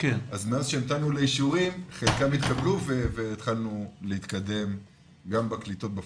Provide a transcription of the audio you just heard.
אז מאז שהמתנו לאישורים חלקם התקבלו והתחלנו להתקדם גם בקליטות בפועל.